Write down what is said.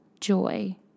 joy